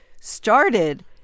started